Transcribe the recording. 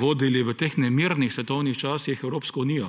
v teh nemirnih svetovnih časih vodili Evropsko unijo.